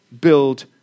build